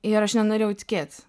ir aš nenorėjau tikėt